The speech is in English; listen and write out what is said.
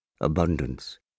Abundance